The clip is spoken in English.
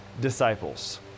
disciples